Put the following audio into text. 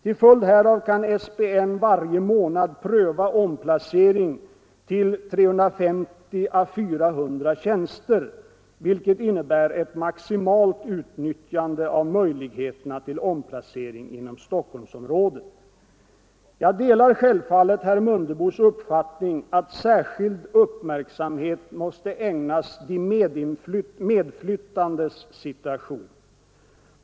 Till följd härav kan SPN varje månad pröva omplacering till 350-400 tjänster, vilket innebär ett maximalt utnyttjande av möjligheterna till omplacering Jag delar självfallet herr Mundebos uppfattning att särskild uppmärksamhet måste ägnas åt de medflyttandes situation.